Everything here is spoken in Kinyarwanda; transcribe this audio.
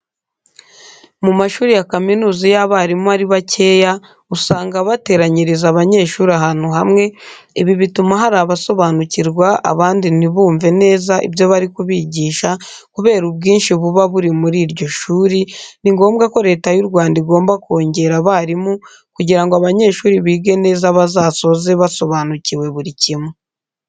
Mu mashuri ya kaminuza iyo abarimu ari bakeya usanga bateranyiriza abanyeshuri ahantu hamwe, ibi bituma hari abasobanukirwa abandi nibumve neza ibyo bari kubigisha kubera ubwinshi buba buri muri iryo shuri, ni ngombwa ko Leta y'u Rwanda igomba kongera abarimu kugira ngo abanyeshuri bige neza bazasoze basobanukiwe buri kimwe.